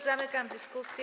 Zamykam dyskusję.